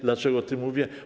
Dlaczego o tym mówię?